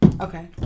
Okay